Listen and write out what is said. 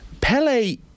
Pele